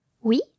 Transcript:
Oui